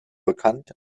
bekannt